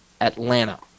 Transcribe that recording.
Atlanta